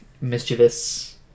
mischievous